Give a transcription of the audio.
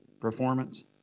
performance